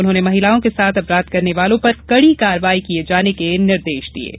उन्होंने महिलाओं के साथ अपराध करने वालों पर कड़ी कार्यवाही किये जाने के निर्देश दिये हैं